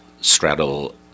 straddle